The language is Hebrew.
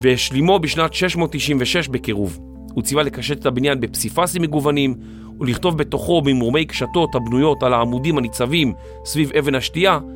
והשלימו בשנת 696 בקירוב, הוא צווה לקשט את הבניין בפסיפסים מגוונים, ולכתוב בתוכו במורומי קשתות הבנויות על העמודים הניצבים סביב אבן השתייה